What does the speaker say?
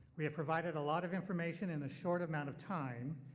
we have provided a lot of information in a short amount of time.